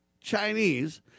Chinese